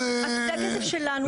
כי למטרו יצרנו הסדרים.